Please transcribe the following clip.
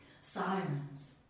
sirens